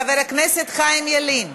חבר הכנסת חיים ילין.